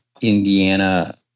Indiana